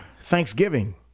thanksgiving